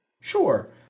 Sure